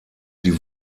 die